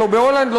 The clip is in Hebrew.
לא בהולנד,